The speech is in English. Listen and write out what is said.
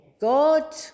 God